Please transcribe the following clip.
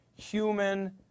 human